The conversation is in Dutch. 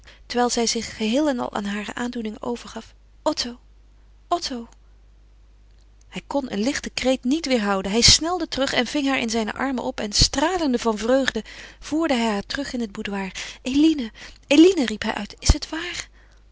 terwijl zij zich geheel en al aan hare aandoeningen overgaf otto otto hij kon een lichten kreet niet weêrhouden hij snelde terug en ving haar in zijne armen op en stralende van vreugde voerde hij haar terug in het boudoir eline eline riep hij uit is het waar